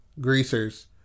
greasers